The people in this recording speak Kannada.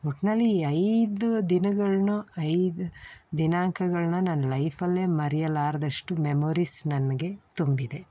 ಒಟ್ಟಿನಲ್ಲಿ ಈ ಐದು ದಿನಗಳನ್ನೂ ಐದು ದಿನಾಂಕಗಳನ್ನ ನನ್ನ ಲೈಫಲ್ಲೇ ಮರೆಯಲಾರ್ದಷ್ಟು ಮೆಮೊರೀಸ್ ನನಗೆ ತುಂಬಿದೆ